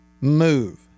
move